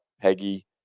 Peggy